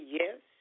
yes